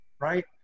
right